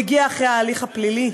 מגיע אחרי ההליך הפלילי.